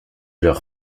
leur